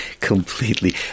Completely